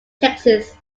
texas